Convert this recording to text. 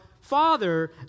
Father